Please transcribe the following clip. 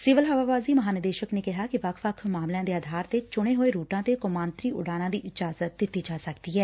civil ਹਵਾਬਾਜੀ ਮਹਾਂ ਨਿਰਦੇਸ਼ਕ ਨੇ ਕਿਹਾ ਕਿ ਵੱਖ ਵੱਖ ਮਾਮਲਿਆਂ ਦੇ ਆਧਾਰ ਤੇ ਚੁਣੇ ਹੋਏ ਰੁਟਾਂ ਤੇ ਕੌਮਾਂਤਰੀ ਉੜਾਣਾਂ ਦੀ ਇਜਾਜ਼ਤ ਦਿੱਤੀ ਜਾ ਸਕਦੀ ਐ